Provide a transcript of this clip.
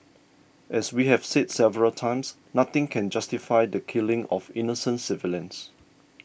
as we have said several times nothing can justify the killing of innocent civilians